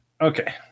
Okay